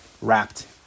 Wrapped